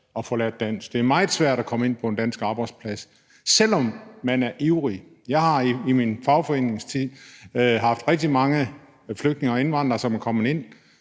at lære dansk; at det er meget svært at komme ind på en dansk arbejdsplads, selv om man er ivrig? Jeg har i min fagforeningstid haft rigtig mange flygtninge og indvandrere, som er kommet ind,